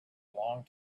long